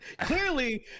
clearly